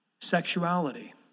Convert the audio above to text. Sexuality